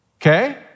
Okay